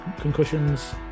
concussions